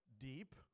deep